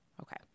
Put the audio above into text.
Okay